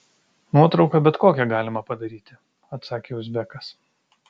nuotrauką bet kokią galimai padaryti atsakė uzbekas